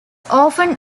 often